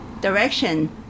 direction